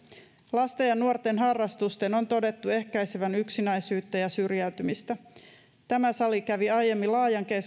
lasten ja nuorten harrastusten on todettu ehkäisevän yksinäisyyttä ja syrjäytymistä tämä sali kävi aiemmin laajan keskustelun